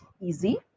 easy